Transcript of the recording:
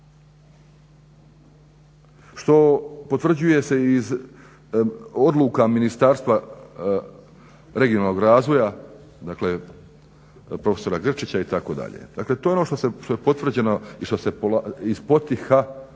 što potvrđuje se iz odluka Ministarstva regionalnog razvoja, dakle profesora Grčića itd. Dakle to je ono što je potvrđeno i što se iz potiha